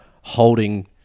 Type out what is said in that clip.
holding